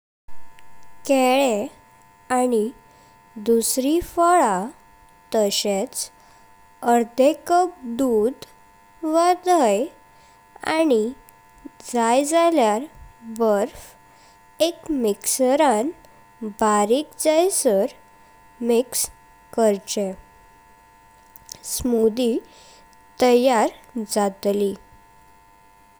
केले आनी दुसरी फळ तशेच आर्दे कप दूध वा दही आनी जाई झाल्या बर्फ एक मिक्स्चर'आं बारिक जायण मिक्स करचे। स्मूथी तयार जाळी।